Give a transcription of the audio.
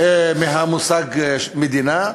מהמושג מדינה,